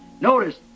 Notice